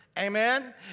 Amen